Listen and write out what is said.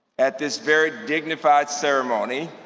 at this very dignified ceremony.